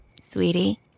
Sweetie